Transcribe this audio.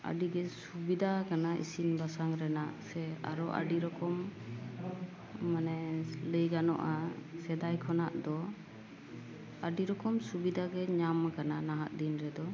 ᱟᱹᱰᱤ ᱜᱮ ᱥᱩᱵᱤᱫᱷᱟ ᱟᱠᱟᱱᱟ ᱤᱥᱤᱱ ᱵᱟᱥᱟᱝ ᱨᱮᱱᱟᱜ ᱥᱮ ᱟᱨᱚ ᱟᱹᱰᱤ ᱨᱚᱠᱚᱢ ᱢᱟᱱᱮ ᱞᱟᱹᱭ ᱜᱟᱱᱚᱜᱼᱟ ᱥᱮᱫᱟᱭ ᱠᱷᱚᱱᱟᱜ ᱫᱚ ᱟᱹᱰᱤ ᱨᱚᱠᱚᱢ ᱥᱩᱵᱤᱫᱷᱟ ᱜᱮ ᱧᱟᱢ ᱟᱠᱟᱱᱟ ᱱᱟᱦᱟᱜ ᱫᱤᱱ ᱨᱮᱫᱚ